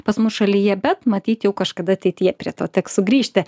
pas mus šalyje bet matyt jau kažkada ateityje prie to teks sugrįžti